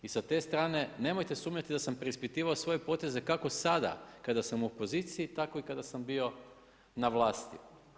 I sa te strane nemojte sumnjati da sam preispitivao svoje poteze kako sada kad sam u opoziciji, tako i kada sam bio na vlasti.